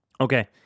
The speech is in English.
Okay